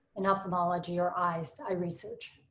and ophthalmology or eyes, eye research?